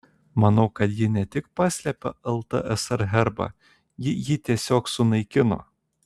manau kad ji ne tik paslėpė ltsr herbą ji jį tiesiog sunaikino